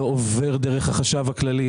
לא עובר דרך החשב הכללי.